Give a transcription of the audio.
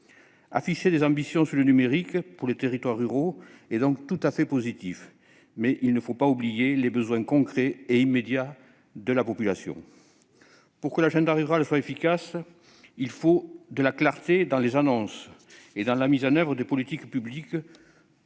Afficher des ambitions en matière numérique pour les territoires ruraux est tout à fait positif, mais il ne faut pas oublier les besoins concrets et immédiats de la population. Pour que l'agenda rural soit efficace, il faut de la clarté dans les annonces et dans la mise en oeuvre des politiques publiques